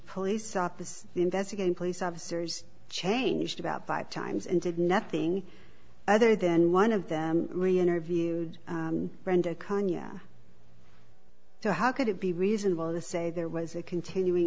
police out the investigating police officers changed about five times and did nothing other than one of them really interviewed brenda kanya so how could it be reasonable to say there was a continuing